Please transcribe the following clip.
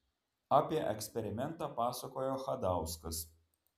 apie eksperimentą pasakojo chadauskas